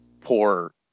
poor